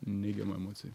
neigiamų emocijų